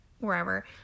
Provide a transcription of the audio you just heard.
wherever